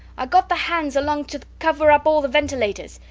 i got the hands along to cover up all the ventilators.